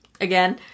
Again